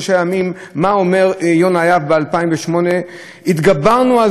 מה אומר יונה יהב ב-2008: התגברנו על זיהום האוויר,